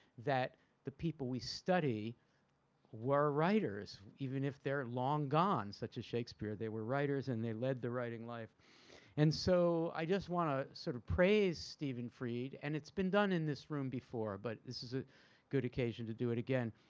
that the people we study were writers even if they're long gone such as shakespeare. they were writers and they led the writing life and so i just want to sort of praise stephen fried and it's been done in this room before but this is a good occasion to do it again.